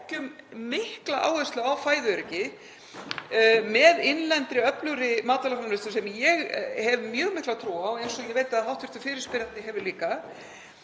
mikla áherslu á fæðuöryggi með innlendri öflugri matvælaframleiðslu, sem ég hef mjög mikla trú á eins og ég veit að hv. fyrirspyrjandi hefur líka,